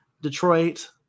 Detroit